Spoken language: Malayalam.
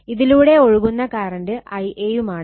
ഇതിലൂടെ ഒഴുകുന്ന കറണ്ട് Ia യുമാണ്